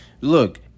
look